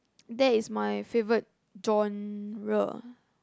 that is my favourite genre